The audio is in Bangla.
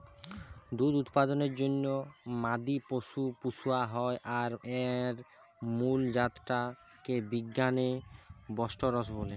দুধ উৎপাদনের জন্যে মাদি পশু পুশা হয় আর এর মুল জাত টা কে বিজ্ঞানে বস্টরস বলে